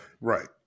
Right